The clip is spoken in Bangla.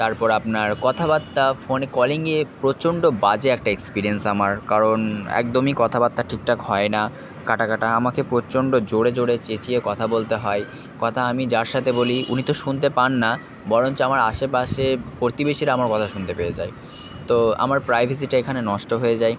তারপর আপনার কথাবার্তা ফোনে কলিংয়ে প্রচণ্ড বাজে একটা এক্সপিরিয়েন্স আমার কারণ একদমই কথাবার্তা ঠিকঠাক হয় না কাটা কাটা আমাকে প্রচণ্ড জোরে জোরে চেঁচিয়ে কথা বলতে হয় কথা আমি যার সাথে বলি উনি তো শুনতে পান না বরঞ্চ আমার আশেপাশে প্রতিবেশীরা আমার কথা শুনতে পেয়ে যায় তো আমার প্রাইভেসিটা এখানে নষ্ট হয়ে যায়